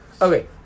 Okay